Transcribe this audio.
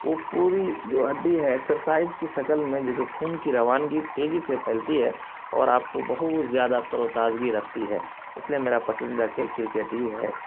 وہ پوری جو ہڈی ہے ایکسرسائز کی شکل میں جیسے خون کی روانگی تیزی سے پھیلتی ہے اور آپ کو بہت زیادہ تر و تازگی رکھتی ہے اس لیے میرا پسندیدہ کھیل کرکٹ ہی ہے